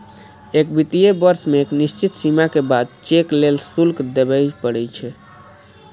एक वित्तीय वर्ष मे एक निश्चित सीमा के बाद चेक लेल शुल्क देबय पड़ै छै